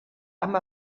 amb